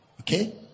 Okay